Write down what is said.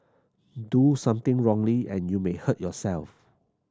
do something wrongly and you may hurt yourself